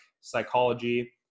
psychology